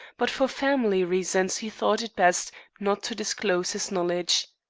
but for family reasons he thought it best not to disclose his knowledge.